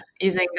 Using